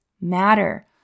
matter